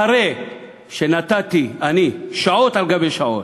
אחרי שנתתי אני שעות על גבי שעות,